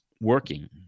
working